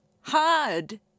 hard